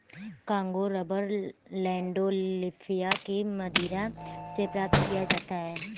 Congo rubber Landolphia की मदिरा से प्राप्त किया जाता है